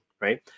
right